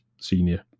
senior